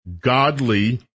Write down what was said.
godly